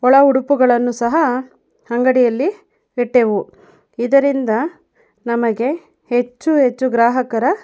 ಒಳ ಉಡುಪುಗಳನ್ನು ಸಹ ಅಂಗಡಿಯಲ್ಲಿ ಇಟ್ಟೆವು ಇದರಿಂದ ನಮಗೆ ಹೆಚ್ಚು ಹೆಚ್ಚು ಗ್ರಾಹಕರ